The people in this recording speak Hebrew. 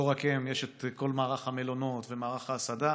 לא רק הם, יש את כל מערך המלונות ומערך ההסעדה.